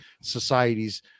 societies